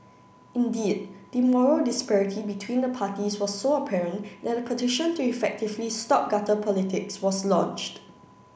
indeed the moral disparity between the parties was so apparent that a petition to effectively stop gutter politics was launched